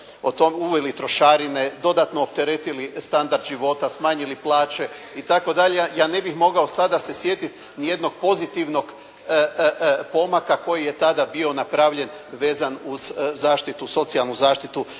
uveli trošarine, dodatno opteretili standard života, smanjili plaće, itd., ja ne bih mogao sada se sjetiti niti jednog pozitivnog pomaka koji je tada bio napravljen vezan uz zaštitu, socijalnu zaštitu